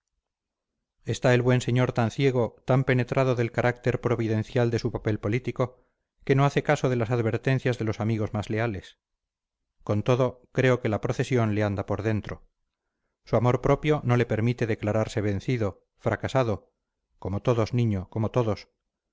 está el buen señor tan ciego tan penetrado del carácter providencial de su papel político que no hace caso de las advertencias de los amigos más leales con todo creo que la procesión le anda por dentro su amor propio no le permite declararse vencido fracasado como todos niño como todos pero en su forro interno como